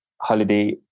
holiday